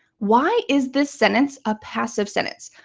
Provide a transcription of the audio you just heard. why is this sentence a passive sentence?